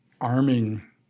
arming